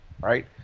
right